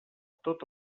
tot